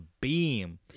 beam